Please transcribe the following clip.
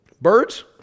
Birds